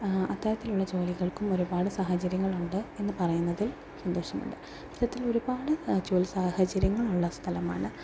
അത്തരത്തിലുള്ള ജോലികൾക്കും ഒരുപാട് സാഹചര്യങ്ങൾ ഉണ്ട് എന്നുപറയുന്നതിൽ സന്തോഷമുണ്ട് അത്തരത്തിൽ ഒരുപാട് ജോലി സാഹചര്യങ്ങൾ ഉള്ള സ്ഥലമാണ്